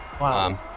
Wow